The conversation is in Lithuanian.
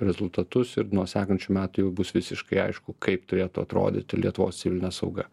rezultatus ir nuo sekančių metų jau bus visiškai aišku kaip turėtų atrodyti lietuvos civilinė sauga